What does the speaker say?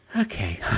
okay